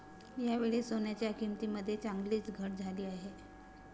यावेळी सोन्याच्या किंमतीमध्ये चांगलीच घट झाली आहे